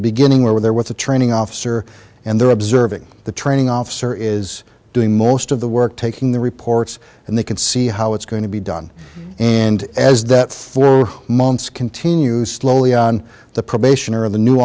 beginning where they're with the training officer and they're observing the training officer is doing most of the work taking the reports and they can see how it's going to be done and as that four months continues slowly on the probationer of the new